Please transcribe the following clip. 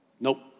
nope